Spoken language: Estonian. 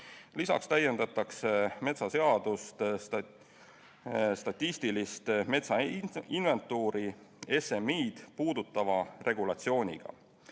Lisaks täiendatakse metsaseadust statistilist metsainventuuri, SMI-d puudutava regulatsiooniga,